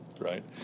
right